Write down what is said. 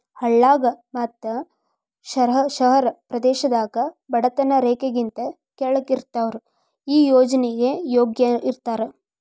ಹಳ್ಳಾಗ ಮತ್ತ ಶಹರ ಪ್ರದೇಶದಾಗ ಬಡತನ ರೇಖೆಗಿಂತ ಕೆಳ್ಗ್ ಇರಾವ್ರು ಈ ಯೋಜ್ನೆಗೆ ಯೋಗ್ಯ ಇರ್ತಾರ